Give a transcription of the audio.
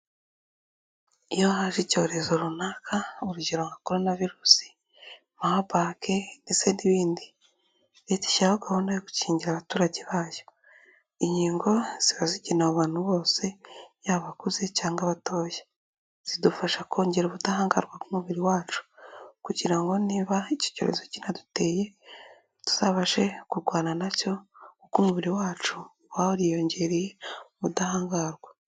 Iyo haje icyorezo runaka urugero nka Coronavirus, Marburg ndetse n'ibindi, leta ishyiraho gahunda yo gukingira abaturage bayo, inkingo ziba zigenewe abantu bose yaba abakuze cyangwa abatoya zidufasha kongera ubudahangarwa bw'umubiri wacu kugira ngo niba icyo cyorezo kiduteye tuzabashe kurwana nacyo uko umubiri wacu uba wariyongereye ubudahangarwa.